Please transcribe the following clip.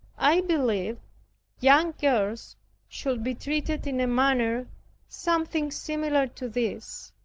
i believe young girls should be treated in a manner something similar to this.